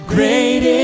Great